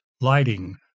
lighting